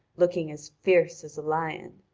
looking as fierce as a lion.